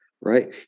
right